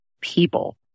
people